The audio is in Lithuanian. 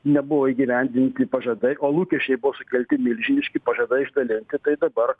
nebuvo įgyvendinti pažadai o lūkesčiai buvo sukelti milžiniški pažadai išdalinti tai dabar